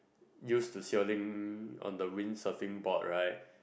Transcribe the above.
used to sailing on the wind surfing board right